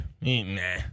nah